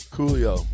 Coolio